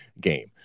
game